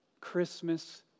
Christmas